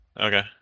Okay